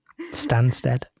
Stansted